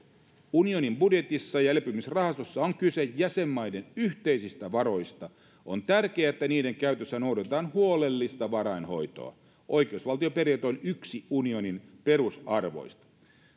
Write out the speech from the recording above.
unionin budjetissa ja elpymisrahastossa on kyse jäsenmaiden yhteisistä varoista on tärkeää että niiden käytössä noudatetaan huolellista varainhoitoa oikeusvaltioperiaate on yksi unionin perusarvoista